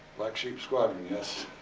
black sheep squadron, yes.